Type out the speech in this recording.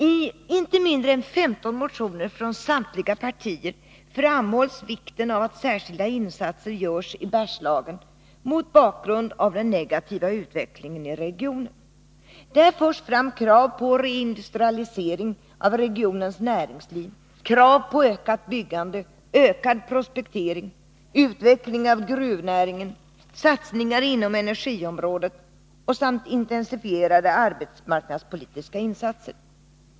I inte mindre än 15 motioner från samtliga partier framhålls vikten av att särskilda insatser görs i Bergslagen mot bakgrund av den negativa utvecklingen i regionen. Här förs fram krav på reindustrialisering av regionens näringsliv, krav på ökat byggande, ökad prospektering, utveckling av gruvnäringen, satsningar inom energiområdet samt intensifierade arbetsmarknadspolitiska insatser.